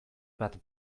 bat